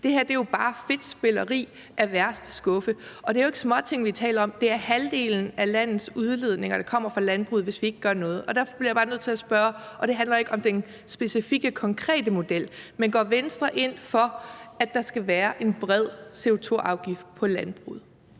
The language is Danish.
Det her er jo bare fedtspilleri af værste skuffe. Og det er jo ikke småting, vi taler om, for det er halvdelen af landets udledninger, der kommer fra landbruget, hvis vi ikke gør noget. Derfor bliver jeg bare nødt til at spørge, og det handler ikke om den specifikke konkrete model, om Venstre går ind for, at der skal være en bred CO2-afgift i landbruget.